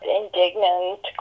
indignant